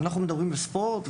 אנחנו מדברים על ספורט,